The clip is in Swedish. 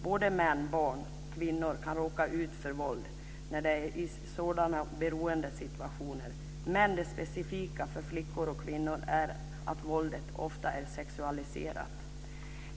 Såväl män som barn och kvinnor kan råka ut för våld när de befinner sig i sådana beroendesituationer, men det specifika för flickor och kvinnor är att våldet ofta är sexualiserat.